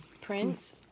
Prince